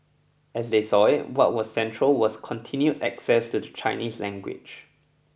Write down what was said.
as they saw it what was central was continued access to the Chinese language